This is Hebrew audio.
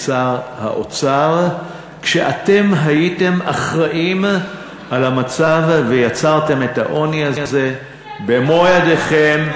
שר האוצר כשאתם הייתם אחראים למצב ויצרתם את העוני הזה במו-ידיכם,